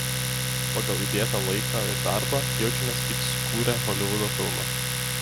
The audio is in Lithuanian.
pagal įdėtą laiką ir darbą jaučiamės lyg sukūrę holivudo filmą